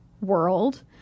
world